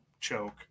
choke